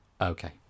Okay